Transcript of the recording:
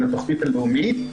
של התכנית הלאומית,